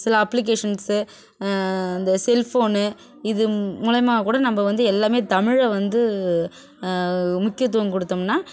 சில அப்ளிக்கேஷன்ஸ்ஸு இந்த cell phone இது மூலயமா கூட நம்ம வந்து எல்லாமே தமிழை வந்து முக்கியத்துவம் கொடுத்தோம்னா